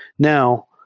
now,